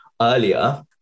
earlier